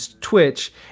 Twitch